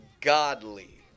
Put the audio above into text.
godly